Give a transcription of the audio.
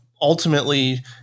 ultimately